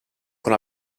con